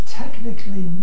technically